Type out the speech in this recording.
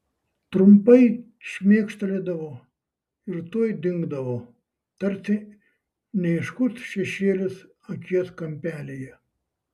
trumpai šmėkštelėdavo ir tuoj dingdavo tarsi neaiškus šešėlis akies kampelyje